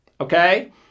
Okay